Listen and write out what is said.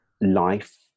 life